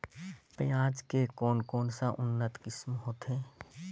पियाज के कोन कोन सा उन्नत किसम होथे?